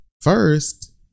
first